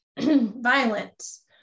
violence